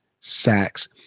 sacks